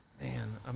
Man